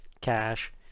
cash